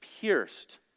pierced